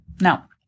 Now